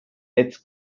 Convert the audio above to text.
its